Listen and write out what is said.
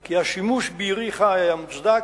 כי השימוש בירי חי היה מוצדק,